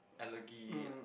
elegy